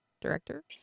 director